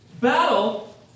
battle